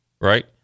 right